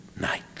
night